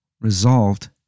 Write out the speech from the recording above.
resolved